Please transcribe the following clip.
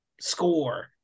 score